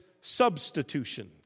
substitution